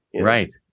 right